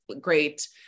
great